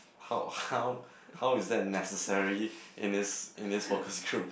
how how how is that necessary in this in this focus group